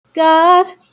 god